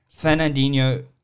Fernandinho